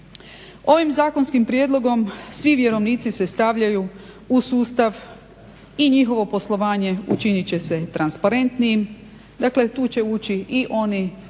Ovim zakonskim prijedlogom svi vjerovnici se stavljaju u sustav i njihovo poslovanje učinit će se transparentnijim, dakle tu će ući i oni koji